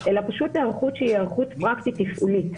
אלא פשוט היערכות שהיא היערכות פרקטית תפעולית.